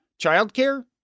childcare